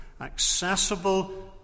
accessible